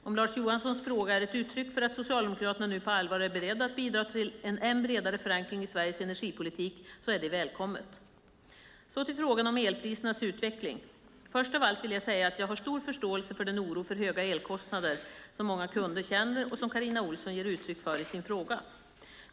Om Lars Johansson fråga är ett uttryck för att Socialdemokraterna nu på allvar är beredda att bidra till en än bredare förankring av Sveriges energipolitik så är det välkommet. Så till frågan om elprisernas utveckling. Först av allt vill jag säga att jag har stor förståelse för den oro för höga elkostnader som många kunder känner och som Carina Ohlsson ger uttryck för i sin fråga.